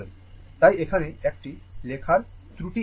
তাই এখানে একটি লেখার ত্রুটি আছে